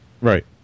Right